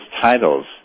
titles